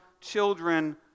children